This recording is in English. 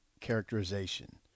characterization